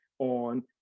on